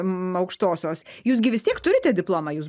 aukštosios jūs gi vis tiek turite diplomą jūs